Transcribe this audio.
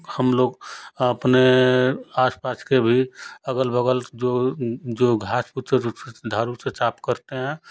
हम लोग अपने आसपास के भी अगल बगल जो जो घाँस फूछ झाड़ू से साफ़ करते हैं